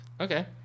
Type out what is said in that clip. Okay